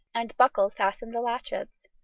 and buckles fastened the latchets.